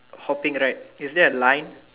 hopping right is there a line